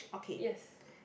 yes